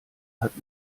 hat